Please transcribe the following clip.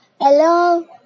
Hello